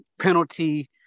penalty